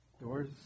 Doors